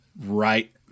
right